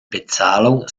bezahlung